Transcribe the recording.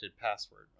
password